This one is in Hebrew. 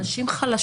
הן נשים חלשות,